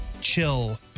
chill